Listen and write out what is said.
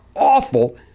awful